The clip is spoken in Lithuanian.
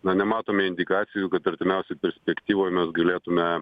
na nematome indikacijų kad artimiausioj perspektyvoj mes galėtume